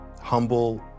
humble